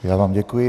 Já vám děkuji.